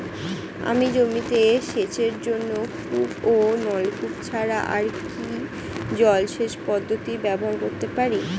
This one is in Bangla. আমি জমিতে সেচের জন্য কূপ ও নলকূপ ছাড়া আর কি জলসেচ পদ্ধতি ব্যবহার করতে পারি?